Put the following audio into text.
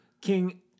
King